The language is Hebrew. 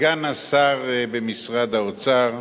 סגן השר במשרד האוצר,